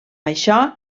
això